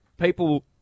people